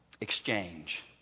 Exchange